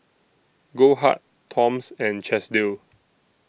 Goldheart Toms and Chesdale